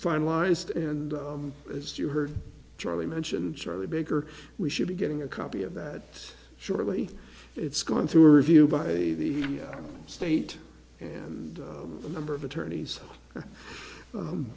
finalized and as you heard charlie mentioned charlie baker we should be getting a copy of that surely it's gone through a review by the state and a member of attorneys